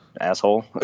Asshole